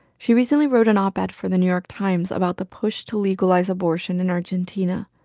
she recently wrote an op-ed for the new york times about the push to legalize abortion in argentina.